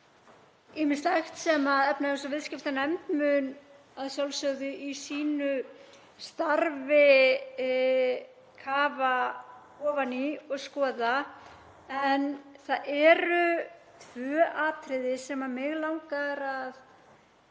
og ýmislegt sem efnahags- og viðskiptanefnd mun að sjálfsögðu í sínu starfi kafa ofan í og skoða. En það eru tvö atriði sem mig langar að